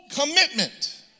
commitment